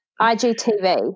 IGTV